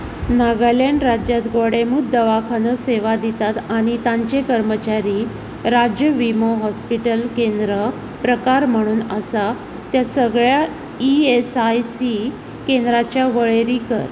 नागालँड राज्यांत गोडेंमूत दवाखानो सेवा दितात आनी तांचे कर्मचारी राज्य विमो हॉस्पिटल केंद्र प्रकार म्हूण आसा त्या सगळ्या ई एस आय सी केंद्रांची वळेरी कर